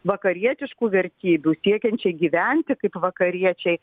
vakarietiškų vertybių siekiančiai gyventi kaip vakariečiai